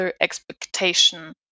expectation